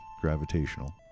gravitational